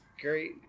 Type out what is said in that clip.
great